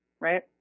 Right